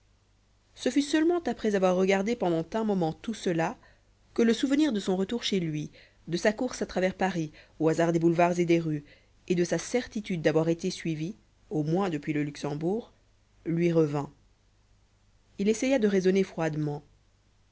ce fut seulement après avoir regardé pendant un moment tout cela que le souvenir de son retour chez lui de sa course à travers paris au hasard des boulevards et des rues et de sa certitude d'avoir été suivi au moins depuis le luxembourg lui revint il essaya de raisonner froidement